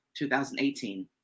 2018